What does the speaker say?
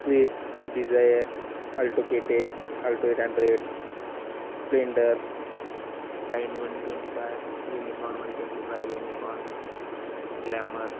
swift swift desire alto K ten alto eight hundred splendor shine one twenty five unicorn one twenty five unicorn glamour